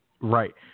Right